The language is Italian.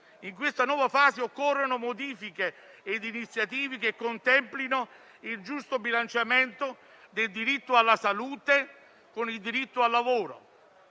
In questa nuova fase occorrono modifiche e iniziative che contemplino il giusto bilanciamento del diritto alla salute con il diritto al lavoro,